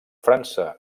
frança